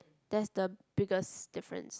that's the biggest difference